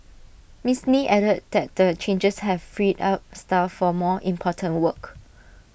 miss lee added that the changes have freed up staff for more important work